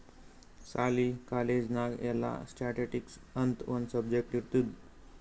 ಸಾಲಿ, ಕಾಲೇಜ್ ನಾಗ್ ಎಲ್ಲಾ ಸ್ಟ್ಯಾಟಿಸ್ಟಿಕ್ಸ್ ಅಂತ್ ಒಂದ್ ಸಬ್ಜೆಕ್ಟ್ ಇರ್ತುದ್